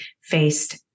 faced